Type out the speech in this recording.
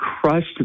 crushed